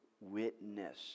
witness